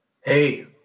hey